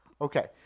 Okay